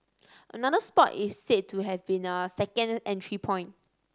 another spot is said to have been a second entry point